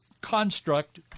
construct